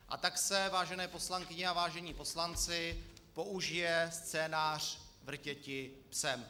A tak se, vážené poslankyně a vážení poslanci, použije scénář Vrtěti psem.